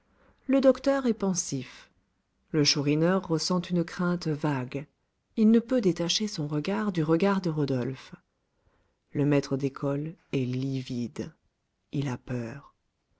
le docteur est pensif le chourineur ressent une crainte vague il ne peut détacher son regard du regard de rodolphe le maître d'école est livide il a peur